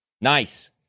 Nice